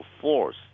force